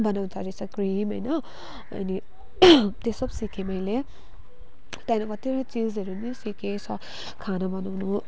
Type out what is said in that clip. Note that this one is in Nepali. बनाउँदो रहेछ क्रिम होइन अनि त्यो सब सिकेँ मैले त्यहाँदेखि कतिवटा चिजहरू नि सिकेँ खाना बनाउनु